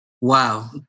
Wow